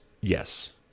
yes